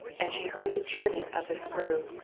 and she heard the churning of the screw.